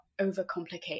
overcomplicate